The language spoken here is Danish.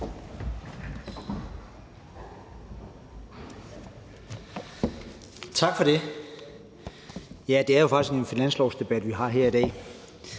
Tak for det. Det er jo faktisk en finanslovsdebat, vi har her i dag,